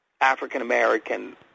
African-American